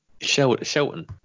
shelton